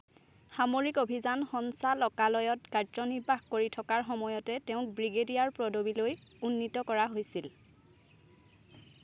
সামৰিক অভিযান সঞ্চালকালয়ত কাৰ্যনিৰ্বাহ কৰি থকাৰ সময়তে তেওঁক ব্ৰিগেডিয়াৰ পদবীলৈ উন্নীত কৰা হৈছিল